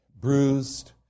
bruised